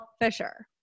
Fisher